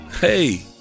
hey